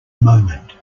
moment